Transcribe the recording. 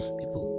people